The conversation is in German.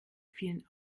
vielen